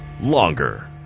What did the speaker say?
Longer